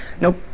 nope